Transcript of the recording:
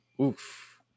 oof